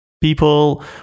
People